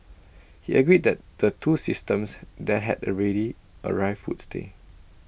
he agreed that the two systems that had already arrived would stay